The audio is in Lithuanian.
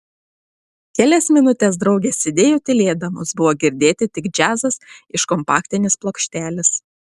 kelias minutes draugės sėdėjo tylėdamos buvo girdėti tik džiazas iš kompaktinės plokštelės